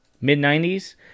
Mid-90s